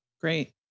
Great